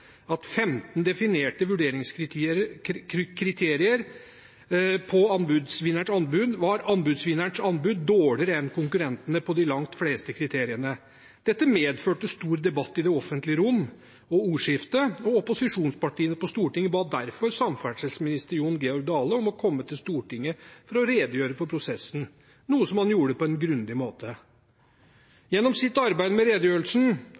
at på 15 definerte vurderingskriterier var anbudsvinnerens anbud dårligere enn konkurrentenes på langt de fleste kriteriene. Dette medførte stor debatt i det offentlige rom og i det offentlige ordskiftet, og opposisjonspartiene på Stortinget ba derfor samferdselsminister Jon Georg Dale om å komme til Stortinget for å redegjøre for prosessen, noe han gjorde på en grundig måte. Gjennom sitt arbeid med redegjørelsen